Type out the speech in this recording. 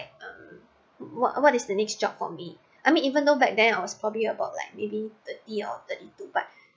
um what what is the next job for me I mean even though back then I was probably about like maybe thirty or thirty two but